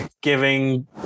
giving